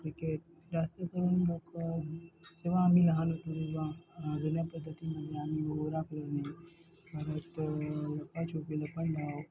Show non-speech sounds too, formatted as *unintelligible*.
cricket जास्त करून लोकं जेव्हा आम्ही लहान होतो किंवा जुन्या पद्धतीमध्ये आम्ही *unintelligible* परत लपाछपी लपंडाव